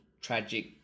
tragic